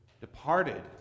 departed